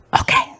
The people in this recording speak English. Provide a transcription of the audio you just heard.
Okay